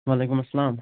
وعلیکُم اسلام